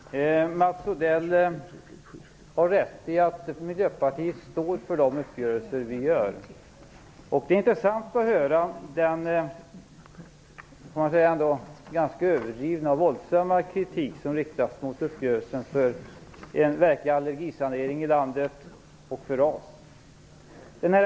Fru talman! Mats Odell har rätt i att vi i Miljöpartiet står för de uppgörelser som vi gör. Det är intressant att höra den ganska överdrivna och våldsamma kritik som har riktats mot uppgörelsen om en verklig allergisanering i landet och om RAS.